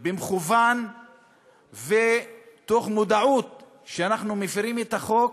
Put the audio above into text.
במכוון ומתוך מודעות שאנחנו מפרים את החוק,